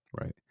right